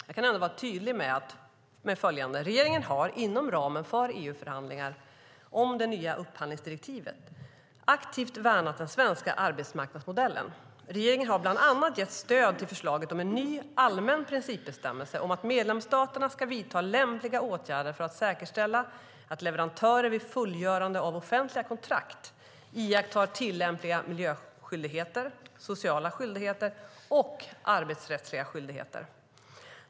Jag kan ändå vara tydlig med följande: regeringen har, inom ramen för EU-förhandlingarna om de nya upphandlingsdirektiven, aktivt värnat den svenska arbetsmarknadsmodellen. Regeringen har bland annat gett stöd till förslaget om en ny allmän principbestämmelse om att medlemsstaterna ska vidta lämpliga åtgärder för att säkerställa att leverantörer vid fullgörande av offentliga kontrakt iakttar tillämpliga miljöskyldigheter, sociala skyldigheter och arbetsrättsliga skyldigheter.